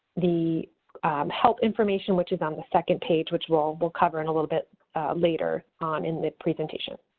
the help information, which is on the second page, which we'll we'll cover in a little bit later on in the presentation.